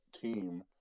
team